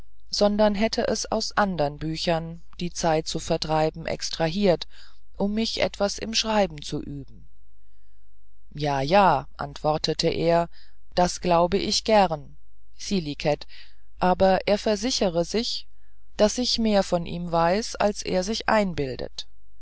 sondern hätte es aus andern büchern die zeit zu vertreiben extrahiert mich um etwas im schreiben zu üben ja ja antwortete er das glaub ich gern scil aber er versichere sich daß ich mehr von ihm weiß als er sich einbildet